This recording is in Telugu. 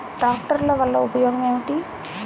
ట్రాక్టర్ల వల్ల ఉపయోగం ఏమిటీ?